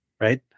right